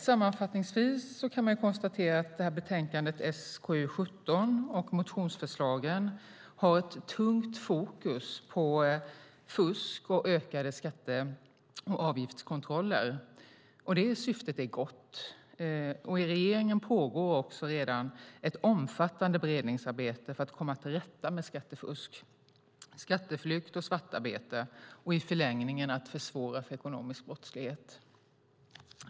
Sammanfattningsvis kan man konstatera att betänkandet SkU17 och motionsförslagen har ett tungt fokus på fusk och ökade skatte och avgiftskontroller. Det syftet är gott. I regeringen pågår också redan ett omfattande beredningsarbete för att komma till rätta med skattefusk, skatteflykt och svartarbete och i förlängningen att försvåra för ekonomisk brottslighet.